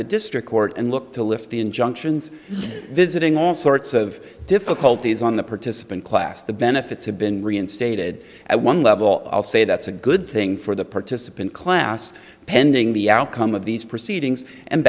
the district court and look to lift the injunctions visiting all sorts of difficulties on the participant class the benefits have been reinstated at one level i'll say that's a good thing for the participant class pending the outcome of these proceedings and